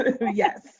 Yes